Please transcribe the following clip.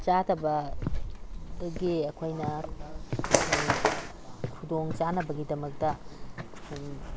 ꯆꯥꯗꯕꯗꯒꯤ ꯑꯩꯈꯣꯏꯅ ꯈꯨꯗꯣꯡ ꯆꯥꯅꯕꯒꯤꯗꯃꯛꯇ